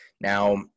Now